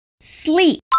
sleep